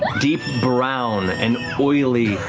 deep brown and oily,